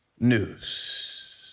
news